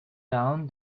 down